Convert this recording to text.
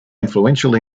influential